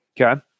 Okay